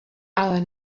ale